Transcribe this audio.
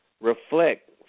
reflect